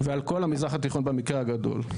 ועל כל המזרח התיכון במקרה הגדול.